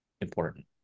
important